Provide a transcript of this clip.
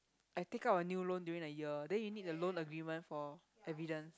I take out a new loan during the year then you need the loan agreement for evidence